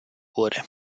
wurde